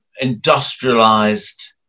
industrialized